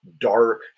dark